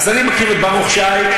אז אני מכיר את ברוך שי,